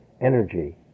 energy